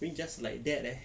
I mean just like that eh